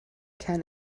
can